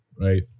right